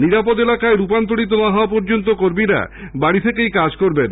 নিরাপদ এলাকায় রূপান্তরিত না হওয়া পর্যন্ত কর্মীরা বাড়ি থেকে কাজ করবেন